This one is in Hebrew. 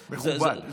מכובד.